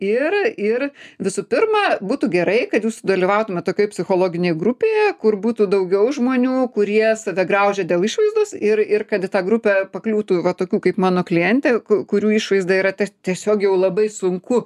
ir ir visų pirma būtų gerai kad jūs sudalyvautumėt tokioj psichologinėj grupėje kur būtų daugiau žmonių kurie save graužia dėl išvaizdos ir ir kad į tą grupę pakliūtų va tokių kaip mano klientė kurių išvaizda yra tiesiog jau labai sunku